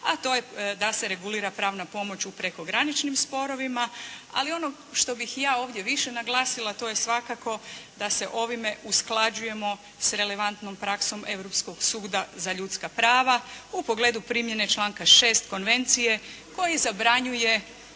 a to je da se regulira pravna pomoć u prekograničnim sporovima. Ali ono što bih ja ovdje više naglasila, to je svakako da se ovdje usklađujemo s relevantnom praksom Europskog suda za ljudska prava u pogledu primjene članka 6. Konvencije koji zabranjuje